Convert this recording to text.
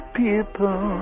people